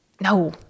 No